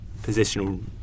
positional